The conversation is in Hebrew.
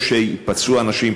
או שייפצעו אנשים,